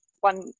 one